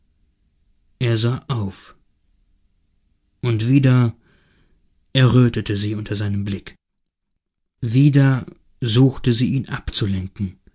sind er sah auf und wieder errötete sie unter seinem blick wieder suchte sie ihn abzulenken